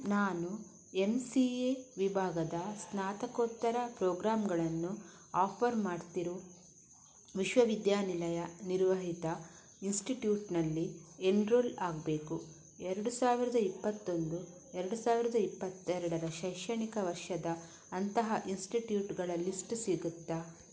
ನಾನು M C A ವಿಭಾಗದ ಸ್ನಾತಕೋತ್ತರ ಪ್ರೋಗ್ರಾಮ್ಗಳನ್ನು ಆಫರ್ ಮಾಡ್ತಿರೊ ವಿಶ್ವವಿದ್ಯಾನಿಲಯ ನಿರ್ವಹಿತ ಇನ್ಸ್ಟಿಟ್ಯೂಟಿನಲ್ಲಿ ಎನ್ರೋಲ್ ಆಗಬೇಕು ಎರಡು ಸಾವಿರದ ಇಪ್ಪತ್ತೊಂದು ಎರಡು ಸಾವಿರದ ಇಪ್ಪತ್ತೆರಡರ ಶೈಕ್ಷಣಿಕ ವರ್ಷದ ಅಂತಹ ಇನ್ಸ್ಟಿಟ್ಯೂಟ್ಗಳ ಲಿಸ್ಟ್ ಸಿಗುತ್ತಾ